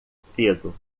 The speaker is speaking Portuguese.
cedo